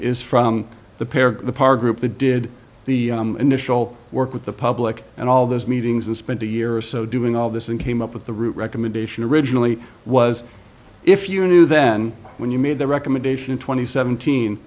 is from the pair the park group that did the initial work with the public and all those meetings and spent a year or so doing all this and came up with the root recommendation originally was if you knew then when you made the recommendation twenty seventeen